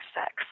sex